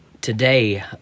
today